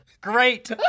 great